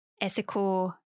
ethical